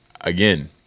Again